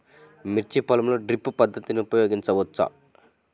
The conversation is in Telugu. మిర్చి పొలంలో డ్రిప్ పద్ధతిని ఉపయోగించవచ్చా?